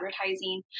advertising